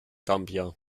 gambia